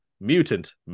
Mutant